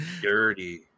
Dirty